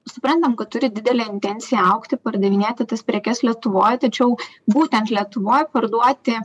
suprantam kad turi didelę intenciją augti pardavinėti tas prekes lietuvoj tačiau būtent lietuvoj parduoti